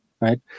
right